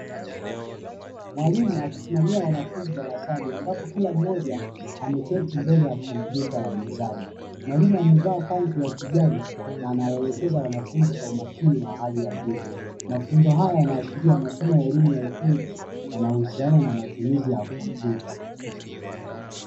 Mwalimu akisimamia wanafunzi darasani, ambapo kila mmoja ameketi mbele ya kompyuta ya mezani, mwalimu amevaa kanzu ya kijani na anawaelekeza wanafunzi kwa umakini wa hali ya juu. Mafunzo haya yanaashiria masomo ya elimu ya ufundi yanahusiana na matumizi ya kompyuta.